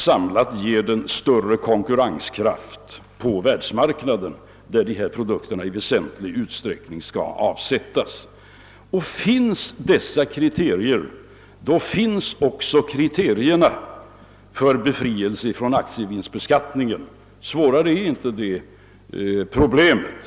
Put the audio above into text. Sammanslagningen ger större möjligheter att konkurrera på världsmarknaden, där bilindustrins produkter i väsentlig utsträckning skall avsättas, När läget är detta finns också kriterierna för befrielse från aktievinstbeskattning. Svårare är inte det problemet.